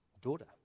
daughter